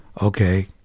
okay